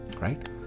right